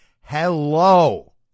Hello